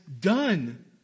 done